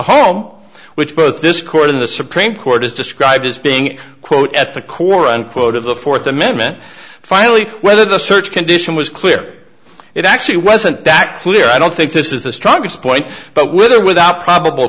home which both this court and the supreme court has described as being quote at the core unquote of the fourth amendment finally whether the search condition was clear it actually wasn't that clear i don't think this is the strongest point but with or without probable